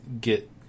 get